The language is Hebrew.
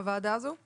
הוועדה הזאת קמה?